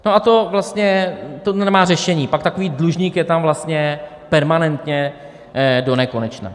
No a to vlastně nemá řešení, pak takový dlužník je tam vlastně permanentně donekonečna.